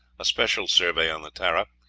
a special survey on the tarra,